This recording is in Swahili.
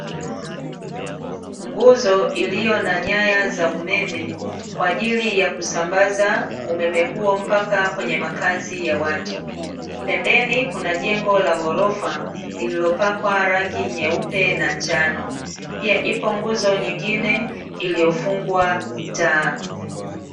Nguzo iliyo na nyaya za umemem kwa ajili ya kusambaza umeme huo mpaka kwenye makazi ya watu, pembeni kuna jengo la ghorofa lililopakwa rangi ya nyeupe na njano, pia ipo nguzo ingine iliyofungwa taa.